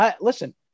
Listen